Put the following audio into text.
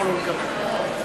יכול לא לקבל אותו,